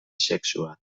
sexua